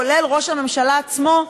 כולל ראש הממשלה עצמו,